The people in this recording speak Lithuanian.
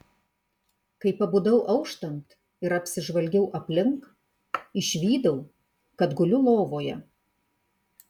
kai pabudau auštant ir apsižvalgiau aplink išvydau kad guliu lovoje